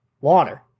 water